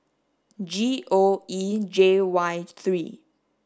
G O E J Y three